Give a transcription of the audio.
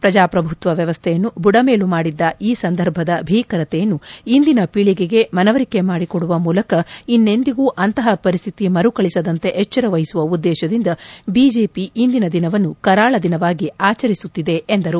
ಪ್ರಜಾಪ್ರಭುತ್ವ ವ್ಯವಸ್ಥೆಯನ್ನು ಬುಡಮೇಲು ಮಾಡಿದ್ದ ಆ ಸಂದರ್ಭದ ಭೀಕರತೆಯನ್ನು ಇಂದಿನ ಪೀಳಿಗೆಗೆ ಮನವರಿಕೆ ಮಾಡುವ ಮೂಲಕ ಇನ್ನೆಂದಿಗೂ ಅಂತಹ ಪರಿಸ್ಥಿತಿ ಮರುಕಳಿಸದಂತೆ ಎಚ್ಚರವಹಿಸುವ ಉದ್ದೇಶದಿಂದ ಬಿಜೆಪಿ ಇಂದಿನ ದಿನವನ್ನು ಕರಾಳ ದಿನವಾಗಿ ಆಚರಿಸುತ್ತಿದೆ ಎಂದರು